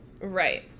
Right